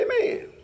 Amen